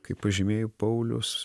kaip pažymėjo paulius